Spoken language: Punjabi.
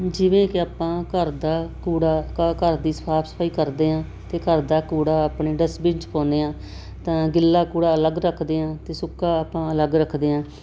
ਜਿਵੇਂ ਕਿ ਆਪਾਂ ਘਰ ਦਾ ਕੂੜਾ ਘ ਘਰ ਦੀ ਸਾਫ ਸਫਾਈ ਕਰਦੇ ਹਾਂ ਅਤੇ ਘਰ ਦਾ ਕੂੜਾ ਆਪਣੇ ਡਸਬਿਨ 'ਚ ਪਾਉਂਦੇ ਹਾਂ ਤਾਂ ਗਿੱਲਾ ਕੂੜਾ ਅਲੱਗ ਰੱਖਦੇ ਹਾਂ ਅਤੇ ਸੁੱਕਾ ਆਪਾਂ ਅਲੱਗ ਰੱਖਦੇ ਹਾਂ